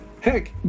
Heck